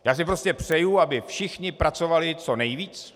Já si prostě přeju, aby všichni pracovali co nejvíc.